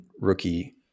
rookie